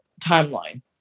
timeline